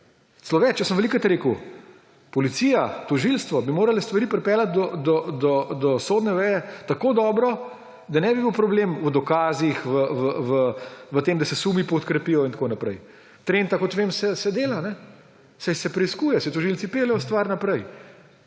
Jaz sem velikokrat rekel, da policija, tožilstvo bi morala stvari pripeljati do sodne veje tako dobro, da ne bi bil problem v dokazih, v tem, da se sumi podkrepijo in tako naprej. Trenta, kot vem, se dela. Saj se preiskuje, saj tožilci peljejo stvar naprej.